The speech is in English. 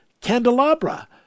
candelabra